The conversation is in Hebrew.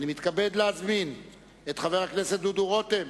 אני מתכבד להזמין את חבר הכנסת דודו רותם,